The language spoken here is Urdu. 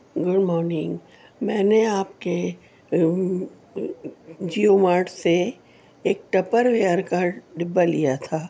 گڈمارننگ میں نے آپ کے جیو مارٹ سے ایک ٹپر ویئر کا ڈبہ لیا تھا